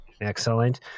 Excellent